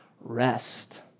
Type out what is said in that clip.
rest